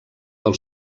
del